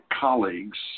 colleagues